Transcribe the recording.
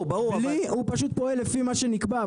הוא פשוט פועל לפי מה שנקבע,